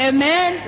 Amen